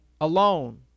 alone